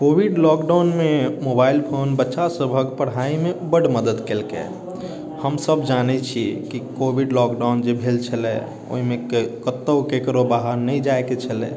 Covid lockdown मे mobile phone बच्चा सभक पढ़ाई मे बड्ड मदद केलकै हमसब जानै छी की कोविड लॉकडाउन जे भेल छलै ओहिमे के कतौ केकरो बाहर नहि जाय के छलै